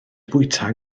bwyta